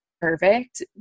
perfect